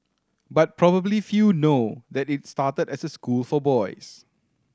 but probably few know that it started as a school for boys